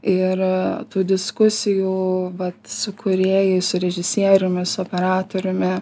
ir tų diskusijų vat su kūrėjais su režisieriumi su operatoriumi